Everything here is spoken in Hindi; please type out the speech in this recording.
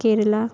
केरल